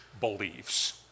believes